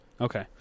Okay